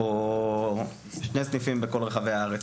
או שני סניפים בכל רחבי הארץ.